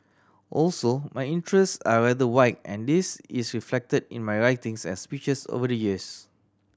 also my interests are rather wide and this is reflected in my writings and speeches over the years